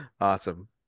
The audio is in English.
Awesome